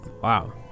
Wow